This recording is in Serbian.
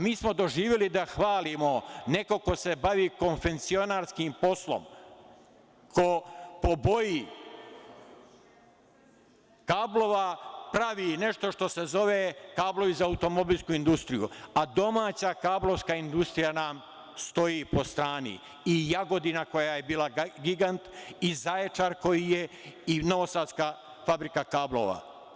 Mi smo doživeli da hvalimo nekog ko se bavi konfeksionarskim poslom, ko po boji kablova pravi nešto što se zove kablovi za automobilsku industriju, a domaća kablovska industrija nam stoji po strani, i Jagodina, koja je bila gigant, i Zaječar i novosadska Fabrika kablova.